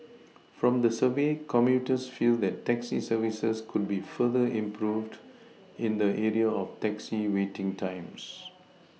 from the survey commuters feel that taxi services could be further improved in the area of taxi waiting times